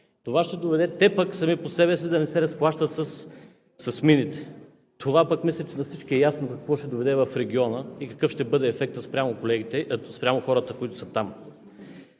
те пък сами по себе си да не се разплащат с мините. Това пък, мисля, че на всички е ясно какво ще доведе в региона и какъв ще бъде ефектът спрямо колегите, спрямо